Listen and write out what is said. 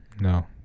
no